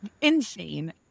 insane